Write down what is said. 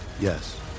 Yes